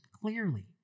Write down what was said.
clearly